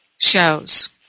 shows